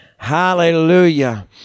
Hallelujah